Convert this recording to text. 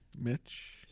Mitch